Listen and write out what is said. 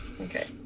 Okay